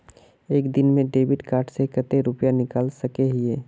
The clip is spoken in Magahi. एक दिन में डेबिट कार्ड से कते रुपया निकल सके हिये?